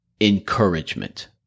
encouragement